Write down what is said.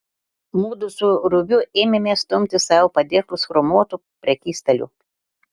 mudu su rubiu ėmėme stumti savo padėklus chromuotu prekystaliu